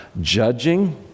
judging